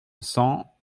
cent